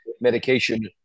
medication